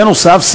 נוסף על כך,